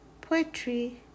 poetry